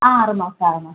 ആറ് മാസം ആറ് മാസം